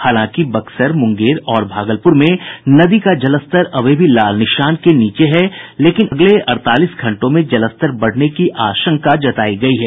हालांकि बक्सर मुंगेर और भागलपुर में नदी का जलस्तर अभी भी खतरे के निशान के नीचे हैं लेकिन अगले अड़तालीस घंटों में जलस्तर बढ़ने की आशंका जतायी गयी है